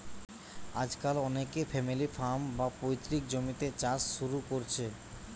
আজকাল অনেকে family farm, বা পৈতৃক জমিতে চাষ শুরু কোরছে